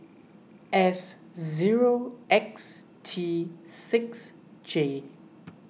S zero X T six J